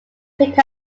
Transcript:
pick